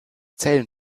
zellen